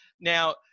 Now